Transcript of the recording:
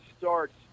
starts